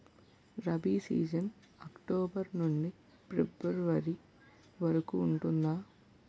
rabi season October నుండి February వరకు ఉంటుంది